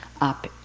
up